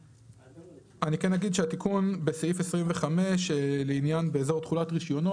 אני כן אגיד שהתיקון בסעיף 25 לעניין "באזור תכולת רישיונו",